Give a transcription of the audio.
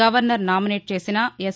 governor nominate చేసిన yes